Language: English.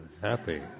happy